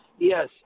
Yes